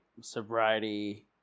sobriety